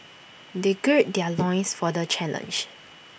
they gird their loins for the challenge